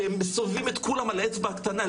שהם מסובבים את כולם על האצבע הקטנה,